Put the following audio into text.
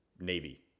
Navy